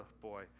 boy